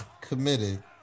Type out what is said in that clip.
committed